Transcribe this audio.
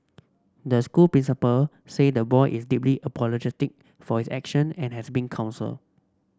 the school principal say the boy is deeply apologetic for his action and has been counselled